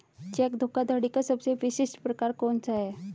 Check धोखाधड़ी का सबसे विशिष्ट प्रकार कौन सा है?